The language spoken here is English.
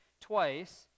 twice